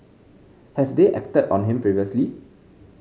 have they acted on him previously